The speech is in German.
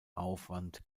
aufwand